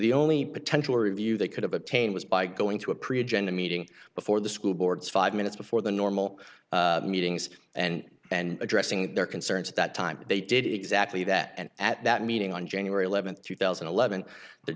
the only potential review they could have obtained was by going to a pretender meeting before the school boards five minutes before the normal meetings and and addressing their concerns at that time they did exactly that and at that meeting on january eleventh two thousand and eleven the